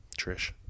Trish